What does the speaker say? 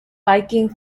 biking